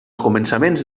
començaments